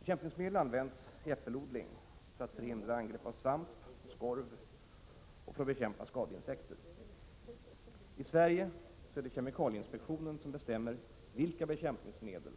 Bekämpningsmedel används i äppelodling för att förhindra angrepp av svamp och skorv samt för att bekämpa skadeinsekter. I Sverige är det kemikalieinspektionen som bestämmer vilka bekämpningsmedel